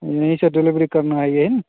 यही से डिलिवरी करना आइए